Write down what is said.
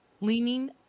Leaning